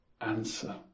answer